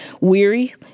weary